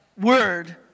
word